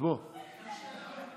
איזו שאלה?